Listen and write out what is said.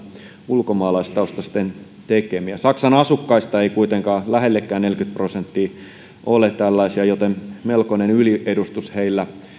ulkomaalaistaustaisten tekemiä saksan asukkaista ei kuitenkaan lähellekään neljäkymmentä prosenttia ole tällaisia joten melkoinen yliedustus heillä